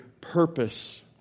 purpose